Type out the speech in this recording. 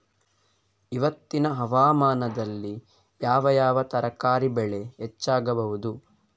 ಇವತ್ತಿನ ಹವಾಮಾನದಲ್ಲಿ ಯಾವ ಯಾವ ತರಕಾರಿ ಬೆಳೆ ಹೆಚ್ಚಾಗಬಹುದು?